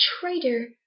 traitor